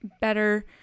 better